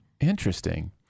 Interesting